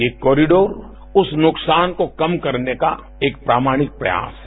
ये कॉरिडोर उस नुकसान को कम करने का एक प्रामाणिक प्रयास है